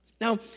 Now